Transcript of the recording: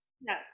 No